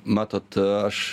matot aš